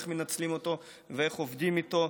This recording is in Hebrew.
איך מנצלים אותו ואיך עובדים איתו.